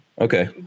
Okay